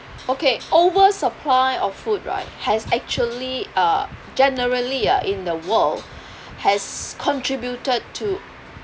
okay over supply of food right has actually uh generally uh in the world has contributed to